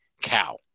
cow